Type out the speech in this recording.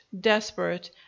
desperate